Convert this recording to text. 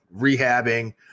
rehabbing